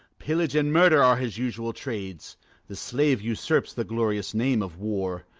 pillage and murder are his usual trades the slave usurps the glorious name of war.